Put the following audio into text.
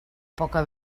poca